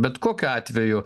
bet kokiu atveju